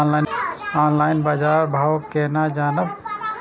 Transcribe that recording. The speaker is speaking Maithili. ऑनलाईन बाजार भाव केना जानब?